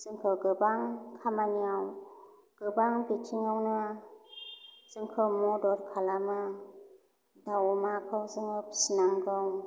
जोंखौ गोबां खामानियाव गोबां बिथिङावनो जोंखौ मदद खालामो दाव अमाखौ जों फिसिनांगौ